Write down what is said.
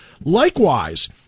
likewise